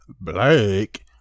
Blake